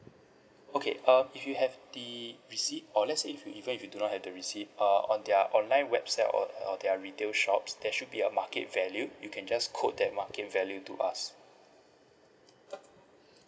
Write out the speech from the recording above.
okay um if you have the receipt or let's say if even if you do not have the receipt uh on their online website or on their retail shops there should be a market value you can just quote that market value to us